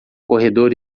corredor